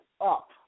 up